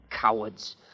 cowards